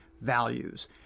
values